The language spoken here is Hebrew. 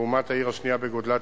לעומת העיר השנייה בגודלה,